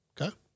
okay